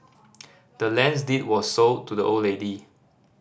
the land's deed was sold to the old lady